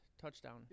touchdown